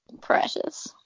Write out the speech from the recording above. precious